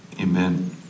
amen